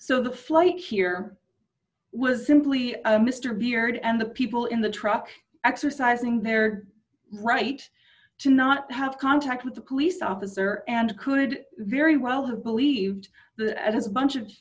so the flight here was simply mr beard and the people in the truck exercising their right to not have contact with the police officer and could very well have believed that as a bunch of